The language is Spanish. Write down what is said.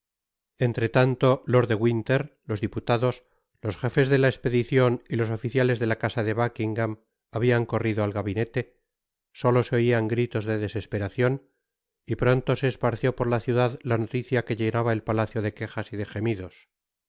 entretanto lord de winter los diputados los jefes de la espedicion y los oficiales de la casa de buckingam habian corrido al gabinete solo se oian gritos de dpsesperacion y pronto se esparció por la ciudad la noticia que llenaba el palacio de quejas y de gemidos